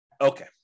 Okay